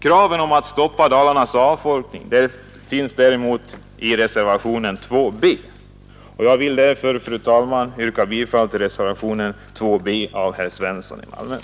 Kraven om att stoppa Dalarnas avfolkning finns däremot i reservationen 2 b av herr Svensson i Malmö, och jag vill därför, fru talman, yrka bifall till denna reservation.